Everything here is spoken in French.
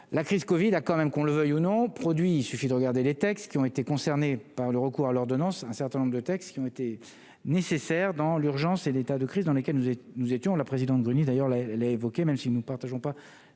la crise Covid a quand même qu'on le veuille ou non produits, il suffit de regarder les textes qui ont été concernés par le recours à l'ordonnance, un certain nombre de textes qui ont été nécessaires dans l'urgence et l'état de crise dans lesquelles nous êtes nous étions la présidente d'ailleurs là l'évoquer, même si nous partageons pas